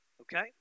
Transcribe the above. Okay